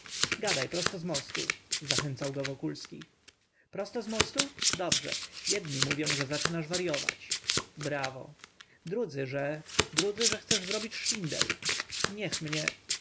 gadaj prosto z mostu zachęcał go wokulski prosto z mostu dobrze jedni mówią że zaczynasz waryować brawo drudzy że drudzy że chcesz zrobić szwindel niech mnie